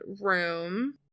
room